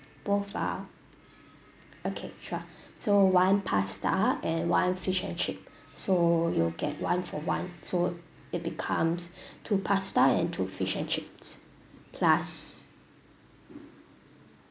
both are okay sure so one pasta and one fish and chip so you'll get one for one so it becomes two pasta and two fish and chips plus